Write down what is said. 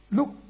Look